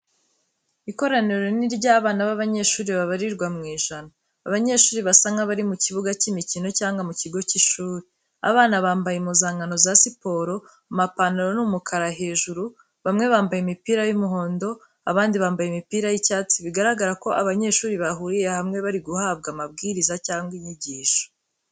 Ikoraniro rinini ry'abana b'abanyeshuri babarirwa mu ijana. Abanyeshuri basa nk'abari mu kibuga cy'imikino cyangwa mu kigo cy'ishuri. Abana bambaye impuzankano za siporo, amapantaro ni umukara hejuru, bamwe bambaye imipira y'umuhondo, abandi bambaye imipira y'icyatsi bigaragara ko abanyeshuri bahuriye hamwe bari guhabwa amabwiriza cyangwa inyigisho.